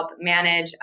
manage